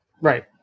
Right